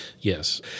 Yes